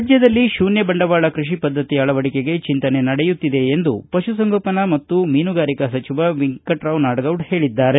ರಾಜ್ಯದಲ್ಲಿ ಶೂನ್ಯ ಬಂಡವಾಳ ಕೈಷಿ ಪದ್ದತಿ ಅಳವಡಿಕೆಗೆ ಚಿಂತನೆ ನಡೆಯುತ್ತಿದೆ ಎಂದು ಪಶುಸಂಗೋಪನೆ ಮತ್ತು ಮೀನುಗಾರಿಕಾ ಸಚಿವ ವೆಂಕಟರಾವ್ ನಾಡಗೌಡ ಹೇಳಿದ್ದಾರೆ